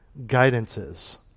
guidances